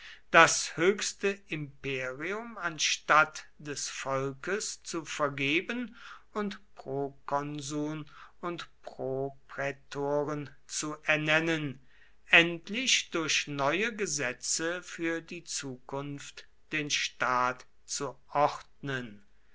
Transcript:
das höchste imperium anstatt des volkes zu vergeben und prokonsuln und proprätoren zu ernennen endlich durch neue gesetze für die zukunft den staat zu ordnen